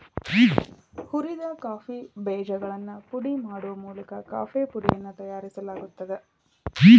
ಹುರಿದ ಕಾಫಿ ಬೇಜಗಳನ್ನು ಪುಡಿ ಮಾಡುವ ಮೂಲಕ ಕಾಫೇಪುಡಿಯನ್ನು ತಯಾರಿಸಲಾಗುತ್ತದೆ